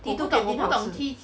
T two canteen 好吃